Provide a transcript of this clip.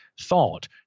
thought